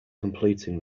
completing